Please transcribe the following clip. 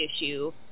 issue